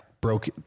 broke